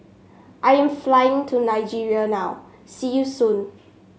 I am flying to Nigeria now see you soon